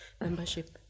membership